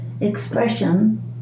expression